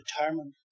determined